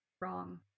wrong